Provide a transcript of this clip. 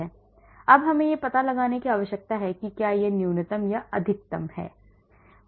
अब हमें यह पता लगाने की आवश्यकता है कि क्या यह न्यूनतम या अधिकतम है